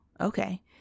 okay